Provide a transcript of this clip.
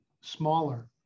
smaller